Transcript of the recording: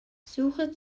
suche